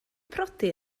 priodi